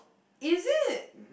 is it